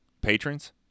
Patrons